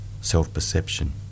self-perception